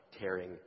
tearing